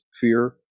fear